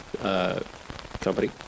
company